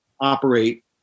operate